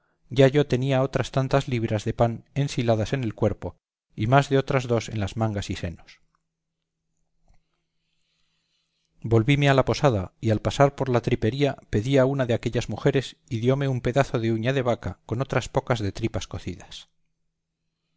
ya yo tenía otras tantas libras de pan ensiladas en el cuerpo y más de otras dos en las mangas y senos volvíme a la posada y al pasar por la tripería pedí a una de aquellas mujeres y diome un pedazo de uña de vaca con otras pocas de tripas cocidas